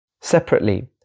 Separately